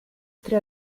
tre